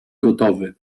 gotowy